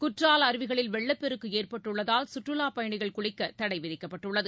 குற்றால அருவிகளில் வெள்ளப் பெருக்கு ஏற்பட்டுள்ளதால் கற்றுவாப் பயணிகள் குளிக்க தடை விதிக்கப்பட்டுள்ளது